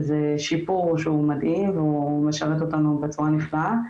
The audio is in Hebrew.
זה שיפור מדהים ומשרת אותנו בצורה נפלאה,